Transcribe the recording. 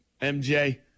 MJ